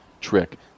trick